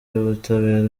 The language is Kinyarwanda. y’ubutabera